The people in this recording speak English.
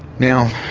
now,